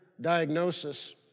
diagnosis